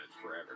forever